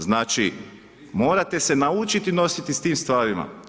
Znači, morate se naučiti nositi s tim stvarima.